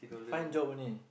find job only